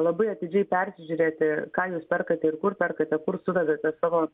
labai atidžiai persižiūrėti ką jūs perkate ir kur perkate kur suvedate savo